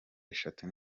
eshatu